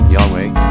Yahweh